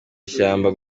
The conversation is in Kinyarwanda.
ishyamba